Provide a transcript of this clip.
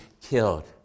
killed